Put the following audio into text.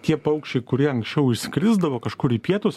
tie paukščiai kurie anksčiau išskrisdavo kažkur į pietus